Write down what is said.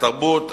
התרבות,